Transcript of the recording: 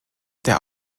der